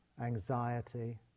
anxiety